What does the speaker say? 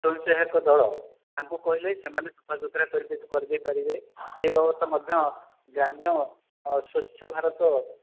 ସ୍ୱୟଂସହାୟକ ଦଳ ତାଙ୍କୁ କହିଲେ ସେମାନେ ସଫା ସୁତୁରା କରି କରିଦେଇ ପାରିବେ ସେ ବ୍ୟବସ୍ଥା ମଧ୍ୟ ଗ୍ରାମ୍ୟ ସ୍ଵଚ୍ଛ ଭାରତ